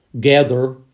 gather